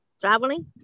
Traveling